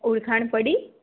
ઓળખાણ પડી